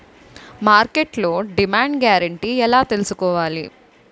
మార్కెట్లో demand guarantee ఎలా తెల్సుకోవాలి?